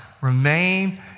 Remain